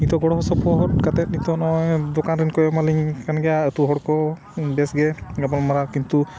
ᱱᱤᱛᱚᱜ ᱜᱚᱲᱚ ᱥᱚᱯᱚᱦᱚᱫ ᱠᱟᱛᱮᱫ ᱱᱤᱛᱚᱜ ᱱᱚᱜᱼᱚᱭ ᱫᱚᱠᱟᱱ ᱨᱮᱱ ᱠᱚ ᱮᱢᱟᱞᱤᱧ ᱠᱟᱱ ᱜᱮᱭᱟ ᱟᱛᱳ ᱦᱚᱲ ᱠᱚ ᱵᱮᱥ ᱜᱮ ᱜᱟᱯᱟᱞᱢᱟᱨᱟᱣ ᱠᱤᱱᱛᱩ